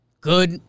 good